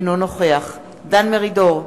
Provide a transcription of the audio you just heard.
אינו נוכח דן מרידור,